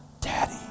Daddy